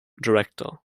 director